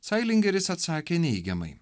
cailingeris atsakė neigiamai